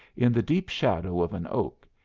in the deep shadow of an oak,